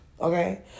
okay